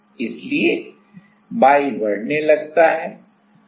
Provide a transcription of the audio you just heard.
इसलिए y बढ़ने लगता है